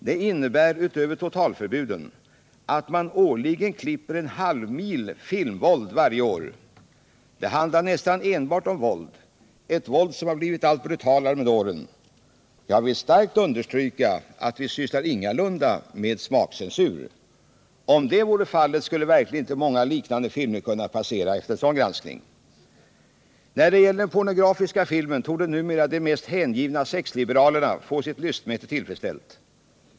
Det innebär — utöver totalförbuden — att man klipper en halv mil filmvåld varje år. Det handlar nästan enbart om våld — ett våld som har blivit allt brutalare med åren. Jag vill starkt understryka att vi ingalunda sysslar med smakcensur. Om det vore fallet skulle verkligen inte många liknande filmer kunna passera efter en sådan granskning. När det gäller den pornografiska filmen torde numera de mest hängivna sexliberalerna få sitt lystmäte.